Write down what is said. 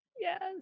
Yes